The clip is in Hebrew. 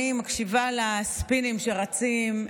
אני מקשיבה לספינים שרצים,